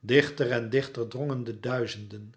dichter en dichter drongen de duizenden